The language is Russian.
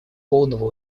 полного